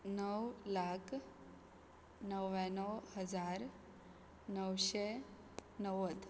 णव लाख णव्याणव हजार णवशें णव्वद